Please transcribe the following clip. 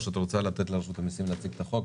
או שאת רוצה לתת לרשות המיסים להציג את החוק?